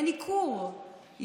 יהיה ניכור,